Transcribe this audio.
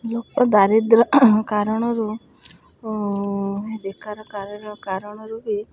ଲୋକ ଦାରିଦ୍ର୍ୟ କାରଣରୁ ବେକାରର କାରଣରୁ ବି